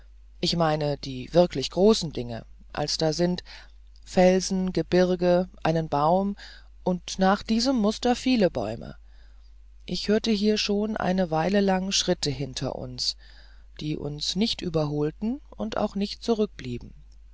ich meine die großen wirklichen dinge als da sind felsen gebirge einen baum und nach diesem muster viele bäume ich hörte hier schon eine weile lang schritte hinter uns die uns nicht überholten und auch nicht zurückblieben